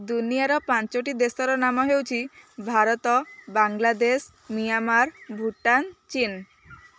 ଦୁନିଆର ପାଞ୍ଚଟି ଦେଶର ନାମ ହେଉଛି ଭାରତ ବାଂଲାଦେଶ ମିଆଁମାର୍ ଭୁଟ୍ଟାନ୍ ଚୀନ୍